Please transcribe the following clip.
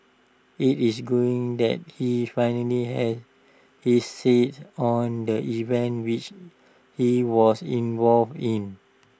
IT is green that he finally has his said on the events which he was involved in